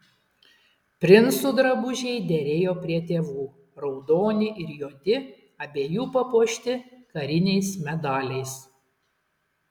princų drabužiai derėjo prie tėvų raudoni ir juodi abiejų papuošti kariniais medaliais